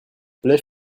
plait